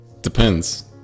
Depends